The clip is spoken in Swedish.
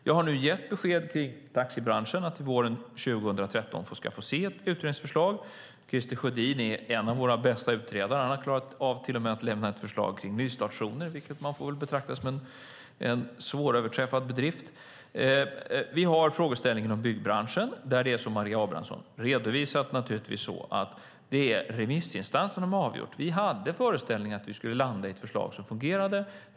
Jag har nu gett besked till taxibranschen att vi våren 2013 ska få se ett utredningsförslag. Christer Sjödin är en av våra bästa utredare. Han har till och med klarat av att lämna ett förslag kring nystartszoner, vilket man får betrakta som en svåröverträffad bedrift. Vi har frågeställningen om byggbranschen. Det är, som Maria Abrahamsson också har redovisat, naturligtvis remissinstanserna som har avgjort. Vi hade föreställningen att vi skulle landa i ett förslag som fungerade.